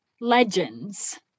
legends